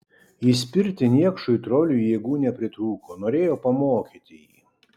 įspirti niekšui troliui jėgų nepritrūko norėjo pamokyti jį